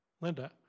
Linda